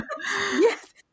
Yes